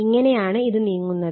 ഇങ്ങനെയാണ് ഇത് നീങ്ങുന്നത്